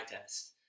test